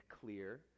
clear